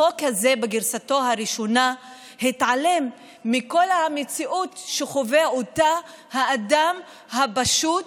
החוק הזה בגרסתו הראשונה התעלם מכל המציאות שחווה אותו אדם פשוט